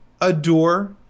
adore